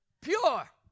pure